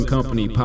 Company